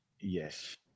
Yes